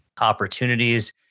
opportunities